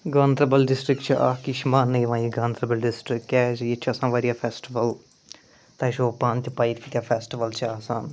Ganderbal district چھِ اَکھ یہِ چھِ ماننہٕ یِوان یہِ گانٛدَربَل ڈِسٹرک کیٛازِ ییٚتہِ چھِ آسان واریاہ فیسٹِوَل تۄہہِ چھَو پانہٕ تہِ پیی ییٚتہِ کۭتیاہ فیسٹِوَل چھِ آسان